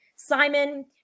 Simon